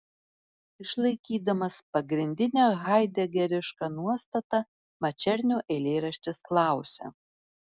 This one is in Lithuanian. išlaikydamas pagrindinę haidegerišką nuostatą mačernio eilėraštis klausia